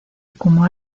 como